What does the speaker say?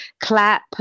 clap